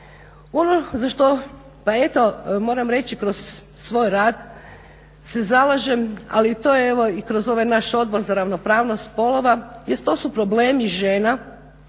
što pa eto moram reći kroz svoj rad se zalažem, ali to je evo i kroz ovaj naš Odbor za ravnopravnost spolova jest to su problemi žena,